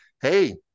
Hey